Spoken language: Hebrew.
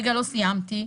זה חסר לי.